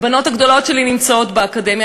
הבנות הגדולות שלי נמצאות באקדמיה,